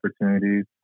opportunities